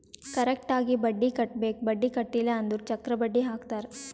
correct ಆಗಿ ಬಡ್ಡಿ ಕಟ್ಟಬೇಕ್ ಬಡ್ಡಿ ಕಟ್ಟಿಲ್ಲ ಅಂದುರ್ ಚಕ್ರ ಬಡ್ಡಿ ಹಾಕ್ತಾರ್